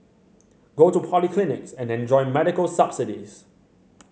go to polyclinics and enjoy medical subsidies